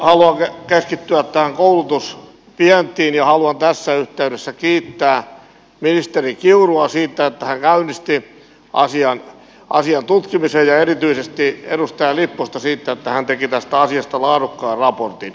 haluan keskittyä tähän koulutusvientiin ja haluan tässä yhteydessä kiittää ministeri kiurua siitä että hän käynnisti asian tutkimisen ja erityisesti edustaja lipposta siitä että hän teki tästä asiasta laadukkaan raportin